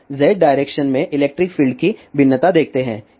अब z direction में electric field की भिन्नता देखते हैं